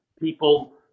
people